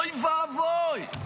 אוי ואבוי.